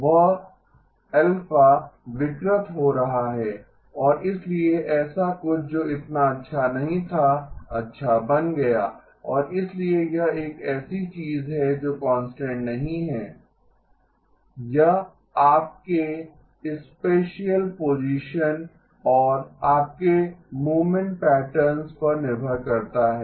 वह α विकृत हो रहा है और इसलिए ऐसा कुछ जो इतना अच्छा नहीं था अच्छा बन गया और इसलिए यह एक ऐसी चीज है जो कांस्टेंट नहीं है यह आपके स्पाटिअल पोजीशन और आपके मूवमेंट पैटर्न्स पर निर्भर करता है